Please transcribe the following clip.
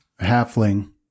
halfling